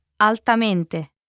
altamente